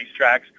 racetracks